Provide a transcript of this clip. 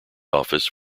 office